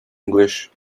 english